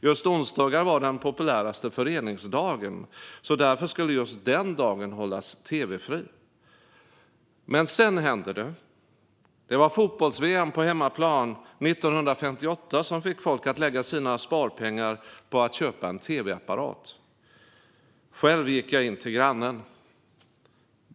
Just onsdag var den populäraste föreningsdagen. Därför skulle just den dagen hållas tv-fri. Men sedan hände det. Det var fotbolls-VM på hemmaplan 1958 som fick folk att använda sina sparpengar för att köpa en tv-apparat. Själv gick jag in till grannen.